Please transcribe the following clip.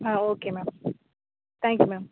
ah okay ma'am thank you ma'am